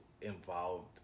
involved